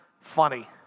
funny